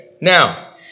Now